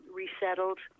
resettled